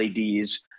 LEDs